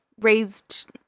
raised